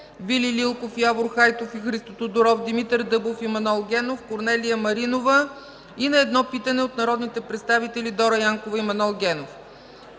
Вили Лилков, Явор Хайтов и Христо Тодоров, Димитър Дъбов и Манол Генов, Корнелия Маринова, и на 1 питане от народните представители Дора Янкова и Манол Генов.